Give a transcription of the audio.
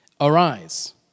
arise